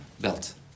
belt